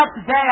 today